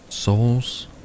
Souls